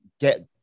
get